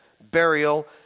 burial